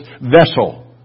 vessel